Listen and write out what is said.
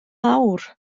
awr